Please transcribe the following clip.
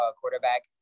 quarterback